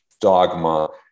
dogma